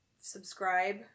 subscribe